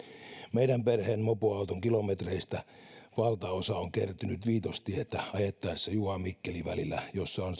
meidän perheemme mopoauton kilometreistä valtaosa on kertynyt viitostietä ajettaessa juva mikkeli välillä jossa on